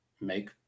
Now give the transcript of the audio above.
make